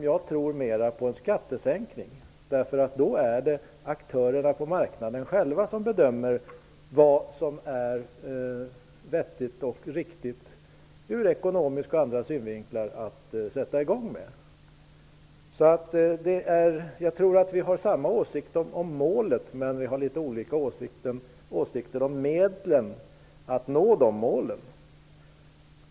Jag tror mera på en skattesänkning, därför att då är det aktörerna på marknaden som själva bedömer vad som är vettigt och riktigt, ur ekonomiska och andra synvinklar, att sätta i gång med. Jag tror att vi har samma åsikt om målet, men vi har litet olika åsikter om medlen att nå detta mål.